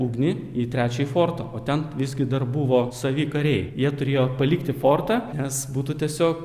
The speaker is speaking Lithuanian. ugnį į trečiąjį fortą o ten visgi dar buvo savi kariai jie turėjo palikti fortą nes būtų tiesiog